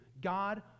God